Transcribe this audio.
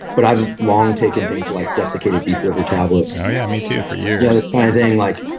but i've long taken things like desiccated beef liver tablets oh yeah, me too. for years yeah, this kind of thing. like